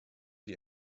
die